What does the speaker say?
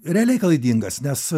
realiai klaidingas nes